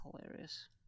hilarious